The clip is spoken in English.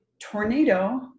tornado